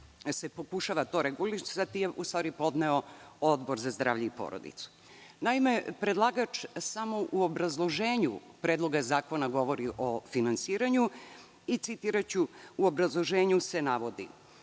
se pokušava to regulisati je u stvari podneo Odbor za zdravlje i porodicu. Naime, predlagač samo u obrazloženju Predloga zakona govori o finansiranju. U obrazloženju se navodi: